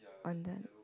on the